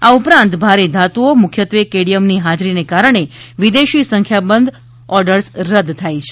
આ ઉપરાંત ભારે ધાતુઓ મુખ્યત્વે કેડમિયમની હાજરીને કારણે વિદેશી સંખ્યાબંધ ઓર્ડર્સ રદ થાય છે